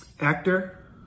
actor